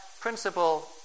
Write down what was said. principle